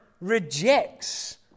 rejects